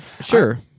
sure